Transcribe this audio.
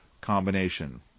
combination